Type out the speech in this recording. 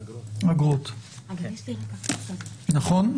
(אגרות), נכון?